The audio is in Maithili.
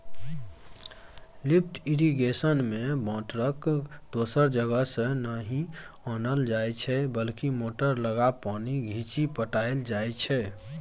लिफ्ट इरिगेशनमे बाटरकेँ दोसर जगहसँ नहि आनल जाइ छै बल्कि मोटर लगा पानि घीचि पटाएल जाइ छै